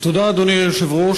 תודה, אדוני היושב-ראש.